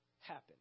happen